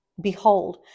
Behold